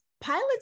pilots